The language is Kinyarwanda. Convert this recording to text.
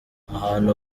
abantu